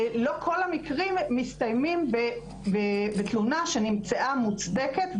לא כל המקרים מסתיימים בתלונה שנמצאה מוצדקת,